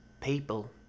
People